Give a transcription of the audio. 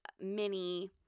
mini